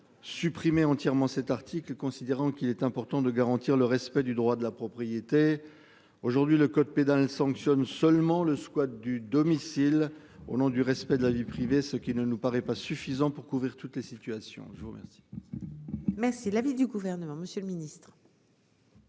Supprimer entièrement cet article, considérant qu'il est important de garantir le respect du droit de la propriété aujourd'hui le code pénal sanctionne seulement le squat du domicile au nom du respect de la vie privée, ce qui ne nous paraît pas suffisant pour couvrir toutes les situations. Je vous remercie. Mais c'est l'avis du gouvernement, Monsieur le Ministre.